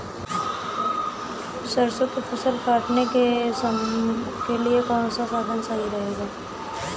सरसो की फसल काटने के लिए कौन सा साधन सही रहेगा?